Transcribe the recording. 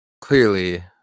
clearly